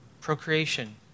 procreation